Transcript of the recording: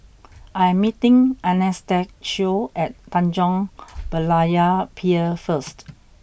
I am meeting Anastacio at Tanjong Berlayer Pier first